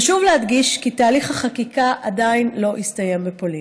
חשוב להדגיש כי תהליך החקיקה עדיין לא הסתיים בפולין,